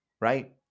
Right